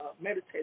meditate